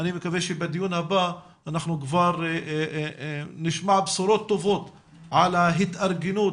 אני מקווה שבדיון הבא אנחנו כבר נשמע בשורות טובות על ההתארגנות